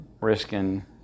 risking